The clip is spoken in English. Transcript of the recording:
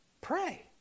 pray